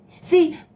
See